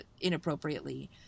inappropriately